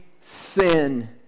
sin